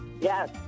Yes